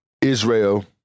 Israel